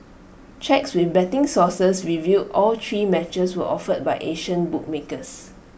checks with betting sources revealed all three matches were offered by Asian bookmakers